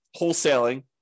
wholesaling